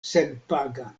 senpaga